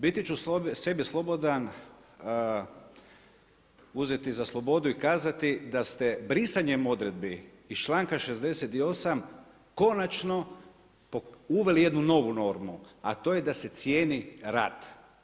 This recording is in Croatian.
Biti ću sebi slobodan, uzeti za slobodu i kazati da ste brisanjem odredbi iz članka 68. konačno uveli jednu novu normu a to je da se cijeni rad.